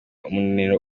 umunaniro